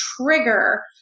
trigger